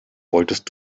wolltest